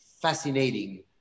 fascinating